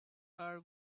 are